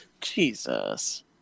jesus